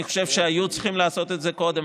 אני חושב שהיו צריכים לעשות את זה קודם.